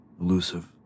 Elusive